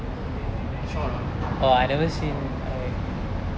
short hor